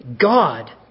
God